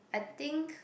I think